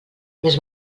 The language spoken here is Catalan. més